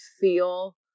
feel